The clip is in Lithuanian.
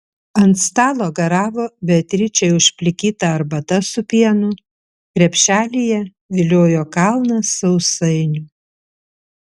ant stalo garavo beatričei užplikyta arbata su pienu krepšelyje viliojo kalnas sausainių